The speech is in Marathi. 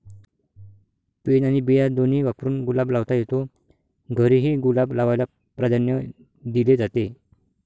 पेन आणि बिया दोन्ही वापरून गुलाब लावता येतो, घरीही गुलाब लावायला प्राधान्य दिले जाते